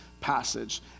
passage